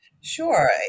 Sure